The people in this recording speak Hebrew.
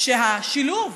השילוב